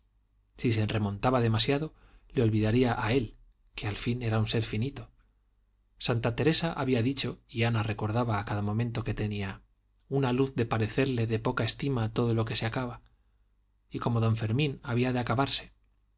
si se remontaba demasiado le olvidaría a él que al fin era un ser finito santa teresa había dicho y ana recordaba a cada momento que tenía una luz de parecerle de poca estima todo lo que se acaba y como don fermín había de acabarse